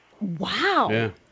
Wow